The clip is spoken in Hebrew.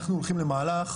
אנחנו הולכים למהלך,